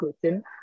question